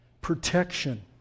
Protection